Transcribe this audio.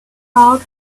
out